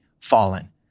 fallen